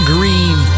Green